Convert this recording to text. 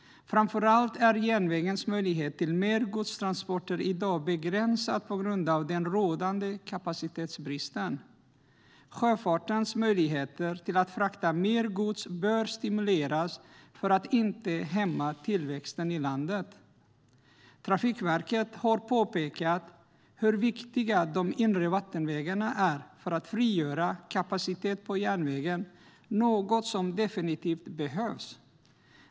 Framför allt är järnvägens möjlighet till mer godstransporter i dag begränsad på grund av den rådande kapacitetsbristen. Sjöfartens möjligheter att frakta mer gods bör stimuleras för att tillväxten i landet inte ska hämmas. Trafikverket har pekat på hur viktiga de inre vattenvägarna är för att frigöra kapacitet på järnvägen. Det är något som definitivt behövs.